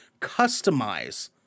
customize